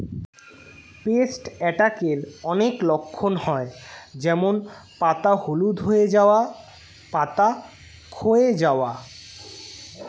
paste অ্যাটাকের অনেক লক্ষণ হয় যেমন পাতা হলুদ হয়ে যাওয়া, পাতা ক্ষয় যাওয়া